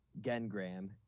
Gengram